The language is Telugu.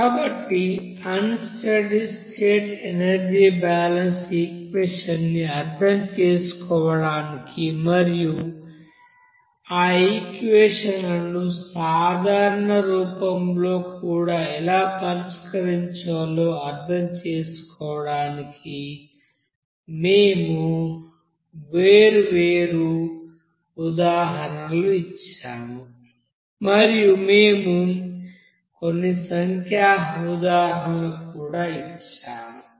కాబట్టి unsteady state energy balance equation ని అర్థం చేసుకోవడానికి మరియు ఆ ఈక్వెషన్ లను సాధారణ రూపంలో కూడా ఎలా పరిష్కరించాలో అర్థం చేసుకోవడానికి మేము వేర్వేరు ఉదాహరణలు ఇచ్చాము మరియు మేము కొన్ని సంఖ్యా ఉదాహరణలను కూడా ఇచ్చాము